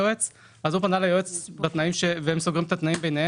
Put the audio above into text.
הוא סוגר את התנאים מולו,